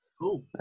Cool